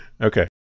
Okay